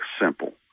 simple